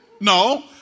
No